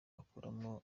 akuramo